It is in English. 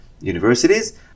universities